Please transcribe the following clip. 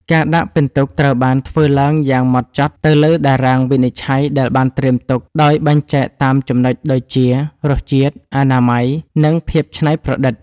ការដាក់ពិន្ទុត្រូវបានធ្វើឡើងយ៉ាងហ្មត់ចត់ទៅលើតារាងវិនិច្ឆ័យដែលបានត្រៀមទុក ដោយបែងចែកតាមចំណុចដូចជា រសជាតិ អនាម័យ និងភាពច្នៃប្រឌិត។